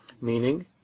Meaning